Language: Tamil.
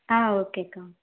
ஆ ஓகே அக்கா